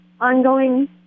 ongoing